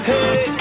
Hey